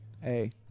Hey